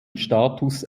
status